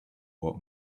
what